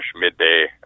midday